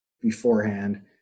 beforehand